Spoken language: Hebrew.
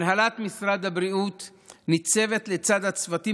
הנהלת משרד הבריאות ניצבת לצד הצוותים